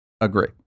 agree